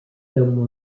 film